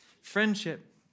Friendship